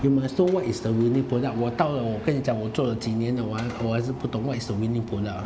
you must know what is the winning product 我到了我跟你讲我做了几年的我还是我还是不懂 what is the winning product ah